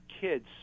kids